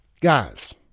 guys